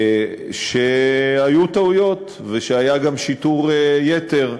שהיו טעויות ושהיה גם שיטור יתר,